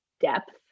depth